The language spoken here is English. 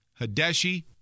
Hadeshi